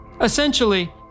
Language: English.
Essentially